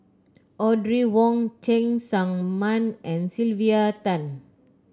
Audrey Wong Cheng Tsang Man and Sylvia Tan